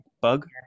bug